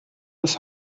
das